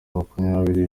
makumyabiri